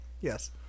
yes